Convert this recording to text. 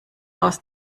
aus